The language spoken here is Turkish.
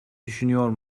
düşünüyor